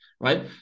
right